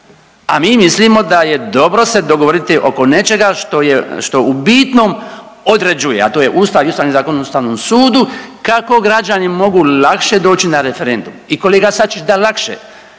A mi mislimo da je dobro se dogovoriti oko nečega što je, što u bitnom određuje, a to je Ustav i Ustavni zakon o Ustavnom sudu kako građani mogu lakše doći na referendum. I kolega Sačić da lakše